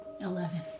Eleven